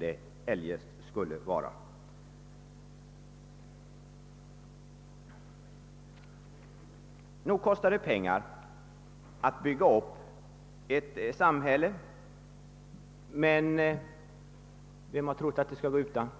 Det kostar pengar att bygga upp ett samhälle, men vem har trott någonting annat.